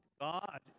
God